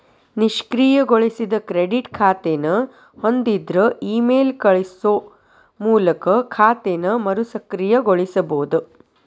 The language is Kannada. ನಿಷ್ಕ್ರಿಯಗೊಳಿಸಿದ ಕ್ರೆಡಿಟ್ ಖಾತೆನ ಹೊಂದಿದ್ರ ಇಮೇಲ್ ಕಳಸೋ ಮೂಲಕ ಖಾತೆನ ಮರುಸಕ್ರಿಯಗೊಳಿಸಬೋದ